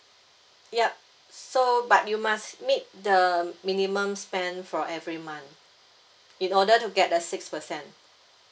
yup so but you must make the minimum spend for every month in order to get the six percent